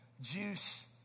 juice